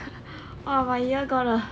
!ow! my ear gone 了